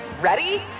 Ready